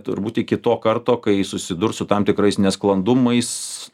turbūt iki to karto kai susidurs su tam tikrais nesklandumais